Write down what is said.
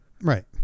Right